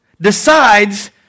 decides